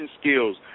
skills